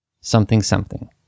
something-something